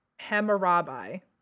Hammurabi